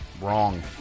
Wrong